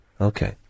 Okay